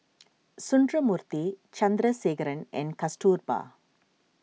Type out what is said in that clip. Sundramoorthy Chandrasekaran and Kasturba